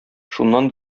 шуннан